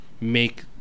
make